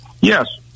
Yes